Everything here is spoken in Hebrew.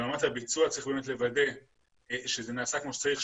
ברמת הביצוע צריך לוודא שזה נעשה כמו שצריך,